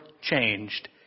changed